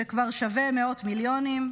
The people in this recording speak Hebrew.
שכבר שווה מאות מיליונים.